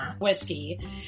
whiskey